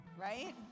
Right